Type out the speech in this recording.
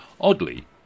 Oddly